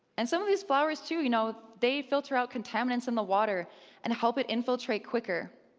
and some of these flowers too, you know they filter out contaminants in the water and help it infiltrate quicker.